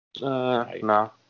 no